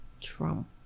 Trump